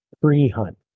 pre-hunt